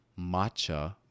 matcha